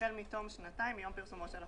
החל מתום שנתיים מיום פרסומו של החוק,